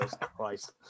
Christ